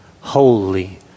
holy